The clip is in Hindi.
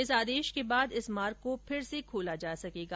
इस आदेश के बाद इस मार्ग को फिर से खोला जा सकेगा